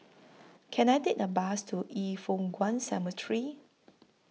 Can I Take A Bus to Yin Foh Kuan Cemetery